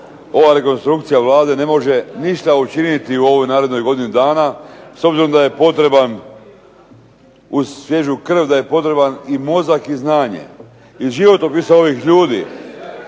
ova rekonstrukcija Vlade ne može ništa učiniti u ovoj narednoj godini dana, s obzirom da je potreban, uz svježu krv da je potreban i mozak i znanje. Iz životopisa ovih ljudi